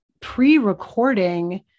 pre-recording